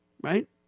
Right